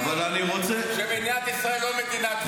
אבל אתה אמרת לי שמדינת ישראל היא לא מדינת חוק.